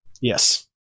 Yes